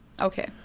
Okay